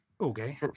Okay